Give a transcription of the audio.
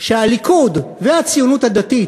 שהליכוד והציונות הדתית,